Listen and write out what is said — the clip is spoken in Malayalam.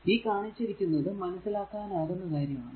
ഈ കാണിച്ചിരിക്കുന്നത് മനസ്സിലാക്കാനാകുന്നതാണ്